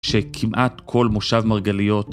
שכמעט כל מושב מרגליות